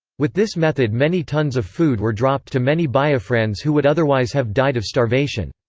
with this method many tons of food were dropped to many biafrans who would otherwise have died of starvation.